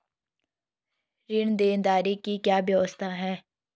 ऋण देनदारी की क्या क्या व्यवस्थाएँ हैं?